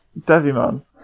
Devimon